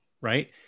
Right